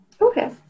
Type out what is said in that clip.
Okay